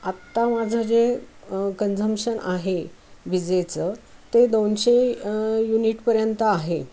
आत्ता माझं जे कन्झमशन आहे विजेचं ते दोनशे युनिटपर्यंत आहे